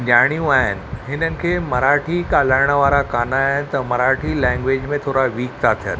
नियाणियूं आहिनि हिननि खे मराठी ॻाल्हाइणु वारा कोन आहे त मराठी लैंग्वेज में थोरा वीक था थियनि